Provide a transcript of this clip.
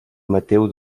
mateu